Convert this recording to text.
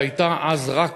שהייתה אז רק